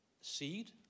Seed